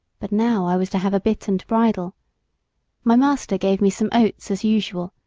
but now i was to have a bit and bridle my master gave me some oats as usual,